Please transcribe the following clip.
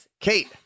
Kate